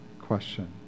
question